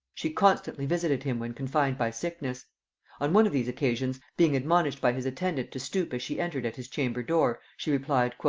she constantly visited him when confined by sickness on one of these occasions, being admonished by his attendant to stoop as she entered at his chamber-door, she replied,